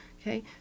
Okay